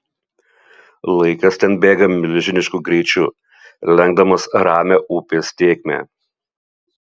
laikas ten bėga milžinišku greičiu lenkdamas ramią upės tėkmę